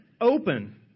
open